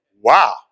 Wow